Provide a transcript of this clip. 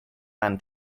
man